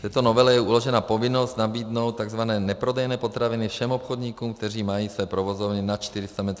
V této novele je uložena povinnost nabídnout tzv. neprodejné potraviny všem obchodníkům, kteří mají své provozovny nad 400 metrů čtverečních.